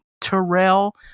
Terrell